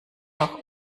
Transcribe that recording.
noch